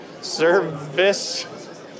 service